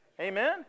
Amen